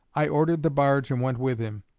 i ordered the barge and went with him.